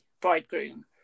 bridegroom